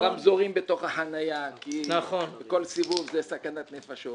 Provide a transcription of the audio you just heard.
רמזורים בתוך החניה, כי בכל סיבוב זאת סכנת נפשות.